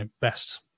best